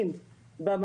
כן.